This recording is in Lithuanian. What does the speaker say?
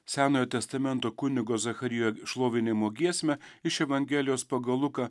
senojo testamento kunigo zacharijo šlovinimo giesmę iš evangelijos pagal luką